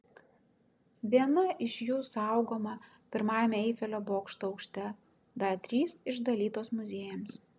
viena iš jų saugoma pirmajame eifelio bokšto aukšte dar trys išdalytos muziejams